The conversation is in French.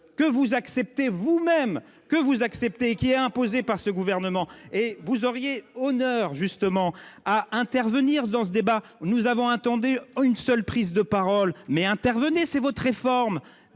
que vous acceptez vous-même que vous acceptez, qui est imposé par ce gouvernement et vous auriez honneur justement à intervenir dans ce débat nous avons attendu une seule prise de parole mais intervenait c'est votre réforme